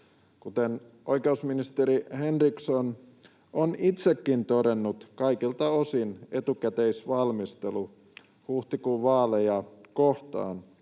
Kuten oikeusministeri Henriksson on itsekin todennut, kaikilta osin etukäteisvalmistelu huhtikuun vaaleja kohtaan